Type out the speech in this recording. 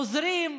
עוזרים,